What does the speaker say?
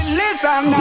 listen